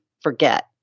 forget